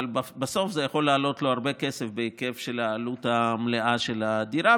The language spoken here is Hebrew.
אבל בסוף זה יכול לעלות לו הרבה כסף בהיקף העלות המלאה של הדירה.